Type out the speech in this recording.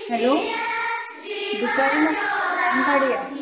hello दुपारी ना सायंकाळी या